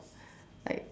like